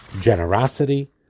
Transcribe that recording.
Generosity